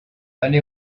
only